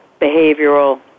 behavioral